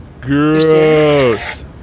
Gross